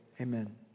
amen